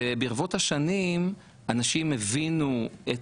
וברבות השנים אנשים הבינו את